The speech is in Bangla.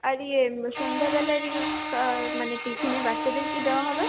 আর ইয়ে সন্ধ্যাবেলায় মানে বাচ্চাদের টিফিনে বাচ্চাদের কি দেওয়া হবে